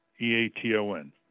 E-A-T-O-N